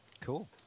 Cool